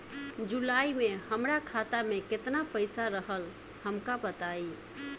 जुलाई में हमरा खाता में केतना पईसा रहल हमका बताई?